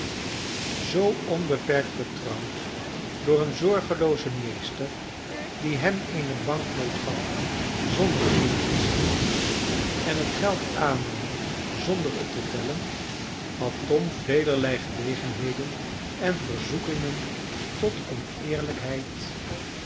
zoo onbeperkt vertrouwd door een zorgeloozen meester die hem eene banknoot gaf zonder er naar te zien en het geld aannam zonder het te tellen had tom velerlei gelegenheden en verzoekingen tot oneerlijkheid